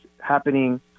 happening